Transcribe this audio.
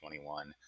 21